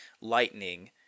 lightning